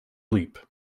leap